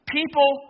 people